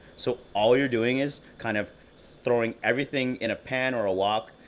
so all you're doing is kind of throwing everything in a pan or a wok,